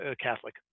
Catholic